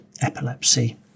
epilepsy